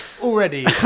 Already